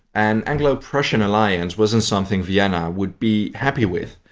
an anglo-prussian alliance wasn't something vienna would be happy with.